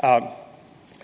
another